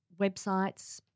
Websites